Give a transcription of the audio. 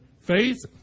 faith